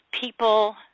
people